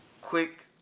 quick